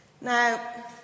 Now